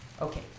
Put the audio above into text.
Okay